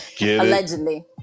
Allegedly